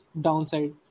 downside